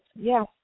Yes